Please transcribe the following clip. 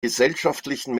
gesellschaftlichen